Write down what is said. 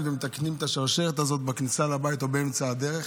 ומתקנים את השרשרת הזאת בכניסה לבית או באמצע הדרך,